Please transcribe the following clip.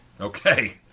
Okay